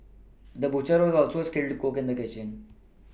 the butcher was also a skilled a cook in the kitchen